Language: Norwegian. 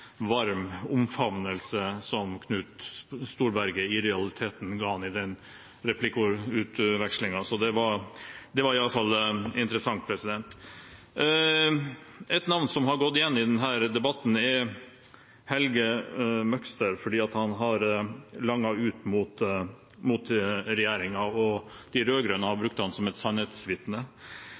varm omfavnelse som Knut Storberget i realiteten ga ham i den replikkvekslingen. Det var i alle fall interessant. Et navn som har gått igjen i denne debatten, er Helge Møgster, for han har langet ut mot regjeringen, og de rød-grønne har brukt ham som sannhetsvitne.